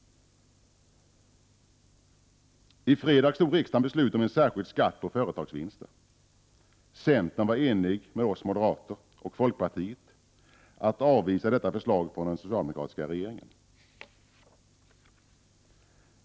I fredags tog riksdagen beslut om en särskild skatt på företagsvinster. Centern var enig med oss moderater och folkpartiet att avvisa detta förslag från den socialdemokratiska regeringen.